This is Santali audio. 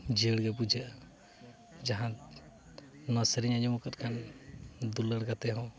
ᱡᱤᱭᱟᱹᱲ ᱜᱮ ᱵᱩᱡᱷᱟᱹᱜᱼᱟ ᱡᱟᱦᱟᱸ ᱱᱚᱣᱟ ᱥᱮᱨᱮᱧ ᱟᱸᱡᱚᱢ ᱟᱠᱟᱫ ᱠᱷᱟᱱ ᱫᱩᱞᱟᱹᱲ ᱠᱟᱛᱮᱫ ᱦᱚᱸ